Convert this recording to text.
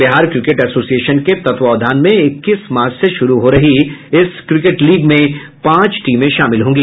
Bihar cricket association के तत्वावधान में इक्कीस मार्च से शुरू हो रही इस क्रिकेट लीग में पांच टीमें शामिल होंगी